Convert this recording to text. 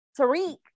Tariq